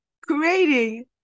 creating